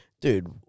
dude